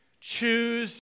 choose